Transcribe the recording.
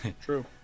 true